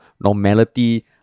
normality